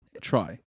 try